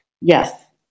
Yes